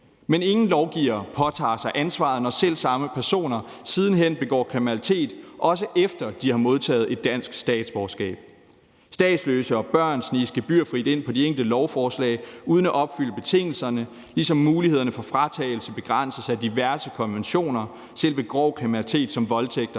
men ingen lovgivere påtager sig ansvaret, når selv samme personer siden hen begår kriminalitet, også efter de har modtaget et dansk statsborgerskab. Statsløse og børn sniges gebyrfrit ind på de enkelte lovforslag uden at opfylde betingelserne, ligesom mulighederne for fratagelse begrænses af diverse konventioner selv ved grov kriminalitet som voldtægter